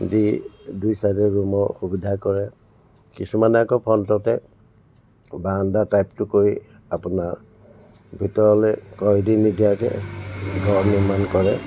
দি দুই চাইডে ৰুমৰ সুবিধা কৰে কিছুমানে আকৌ ফ্ৰণ্টতে বাৰাণ্ডা টাইপটো কৰি আপোনাৰ ভিতৰলৈ কৰিডৰ নিদিয়াকৈ ঘৰ নিৰ্মাণ কৰে